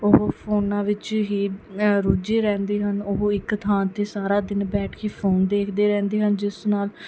ਉਹ ਫ਼ੋਨਾਂ ਵਿੱਚ ਹੀ ਰੁੱਝੇ ਰਹਿੰਦੇ ਹਨ ਉਹ ਇੱਕ ਥਾਂ 'ਤੇ ਸਾਰਾ ਦਿਨ ਬੈਠ ਕੇ ਫੋਨ ਦੇਖਦੇ ਰਹਿੰਦੇ ਹਨ ਜਿਸ ਨਾਲ